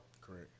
Correct